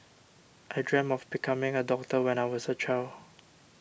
I dreamt of becoming a doctor when I was a child